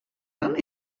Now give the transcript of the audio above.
dan